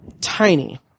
tiny